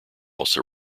also